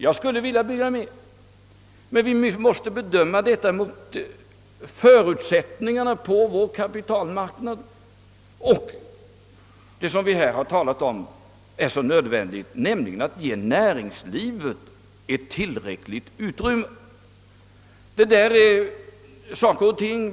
Ja, jag skulle vilja bygga mer, men vi måste bedöma detta efter förutsättningarna på kapitalmarknaden och nödvändigheten att ge näringslivet ett tillräckligt utrymme.